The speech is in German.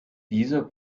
dieser